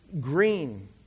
green